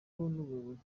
n’ubuyobozi